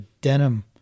denim